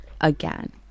again